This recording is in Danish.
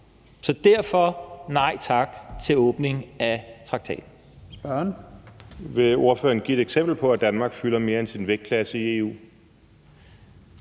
siger vi nej tak til en åbning af traktaten.